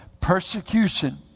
Persecution